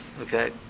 Okay